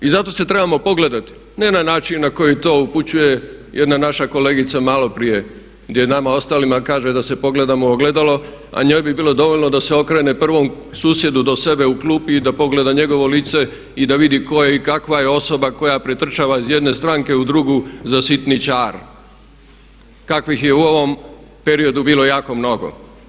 I zato se trebamo pogledati, ne na način na koji to upućuje jedna naša kolegica maloprije gdje nama ostalima kaže da se pogledamo u ogledalo, a njoj bi bilo dovoljno da se okrene prvom susjedu do sebe u klupi i da pogleda njegovo lice i da vidi tko je i kakva je osoba koja pretrčava iz jedne stranke u drugu za sitničar kakvih je u ovom periodu bilo jako mnogo.